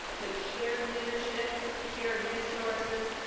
but shared leadership, shared resources,